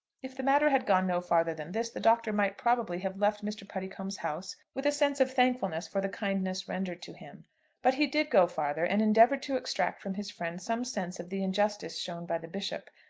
if the matter had gone no farther than this, the doctor might probably have left mr. puddicombe's house with a sense of thankfulness for the kindness rendered to him but he did go farther, and endeavoured to extract from his friend some sense of the injustice shown by the bishop,